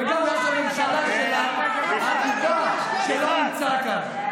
וגם ראש הממשלה שלך, הבובה, שלא נמצא כאן.